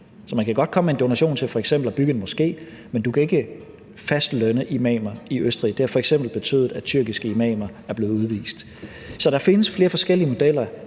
man kan godt komme med en donation til f.eks. at bygge en moské, men man kan ikke fast lønne imamer i Østrig. Det har f.eks. betydet, at tyrkiske imamer er blevet udvist. Så der findes flere forskellige modeller.